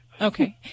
Okay